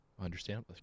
Understand